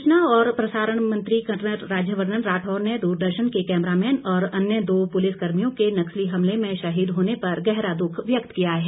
सूचना और प्रसारण मंत्री कर्नल राज्यवर्घन राठौड़ ने दूरदर्शन के कैमरामैन और अन्य दो पुलिसकर्मियों के नक्सली हमले में शहीद होने पर गहरा दुख व्यक्त किया है